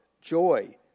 joy